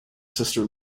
sister